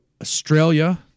Australia